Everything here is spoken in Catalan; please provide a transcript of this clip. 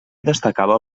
destacava